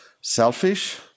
selfish